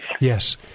Yes